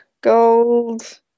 Gold